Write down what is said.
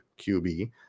qb